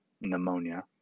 pneumonia